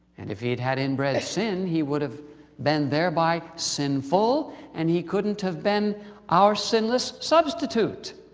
and if he'd had inbred sin, he would have been thereby, sinful and he couldn't have been our sinless substitute.